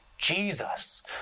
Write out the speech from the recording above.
jesus